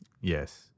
Yes